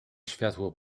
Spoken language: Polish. światło